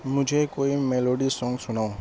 مجھے کوئی melody song سناؤ